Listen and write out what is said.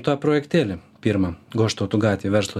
tą projektėlį pirmą goštauto gatvė verslo